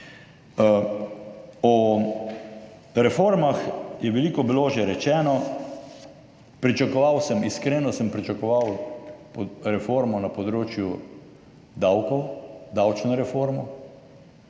O reformah je bilo že veliko rečeno, pričakoval sem, iskreno sem pričakoval reformo na področju davkov, davčno reformo.